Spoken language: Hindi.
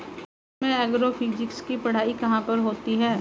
भारत में एग्रोफिजिक्स की पढ़ाई कहाँ पर होती है?